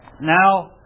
Now